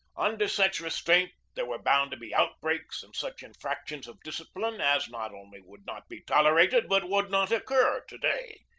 under such restraint there were bound to be outbreaks and such infractions of discipline as not only would not be tol erated but would not occur to-day.